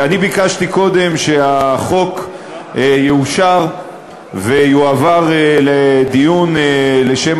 אני ביקשתי קודם שהחוק יאושר ויועבר לדיון לשם